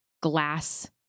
glass